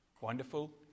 Wonderful